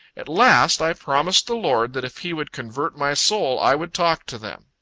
at last i promised the lord that if he would convert my soul, i would talk to them.